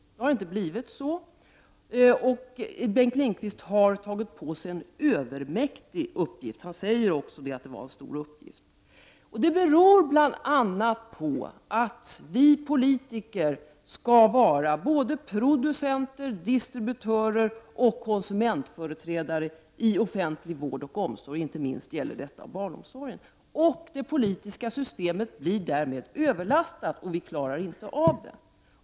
Det har inte blivit så. Bengt Lindqvist har tagit på sig en övermäktig uppgift — han säger också att det var en stor uppgift. Detta beror bl.a. på att vi politiker skall vara producenter, distributörer och konsumentföreträdare i offentlig vård och omsorg, inte minst när det gäller barnomsorgen. Det politiska systemet blir därmed överlastat, och vi klarar inte av det.